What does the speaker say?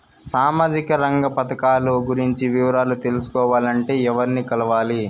సామాజిక రంగ పథకాలు గురించి వివరాలు తెలుసుకోవాలంటే ఎవర్ని కలవాలి?